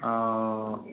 ओ